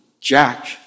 Jack